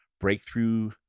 Breakthrough